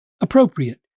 appropriate